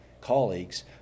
colleagues